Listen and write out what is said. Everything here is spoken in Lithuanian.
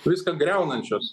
viską griaunančios